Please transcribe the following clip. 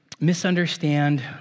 misunderstand